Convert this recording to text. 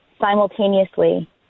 simultaneously